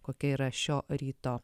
kokia yra šio ryto